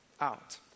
out